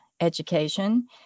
education